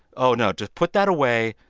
oh, no, just put that away.